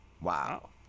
Wow